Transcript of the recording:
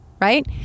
right